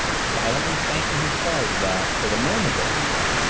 silently thanking her stars that, for the moment at least,